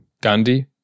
Gandhi